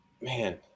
man